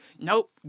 nope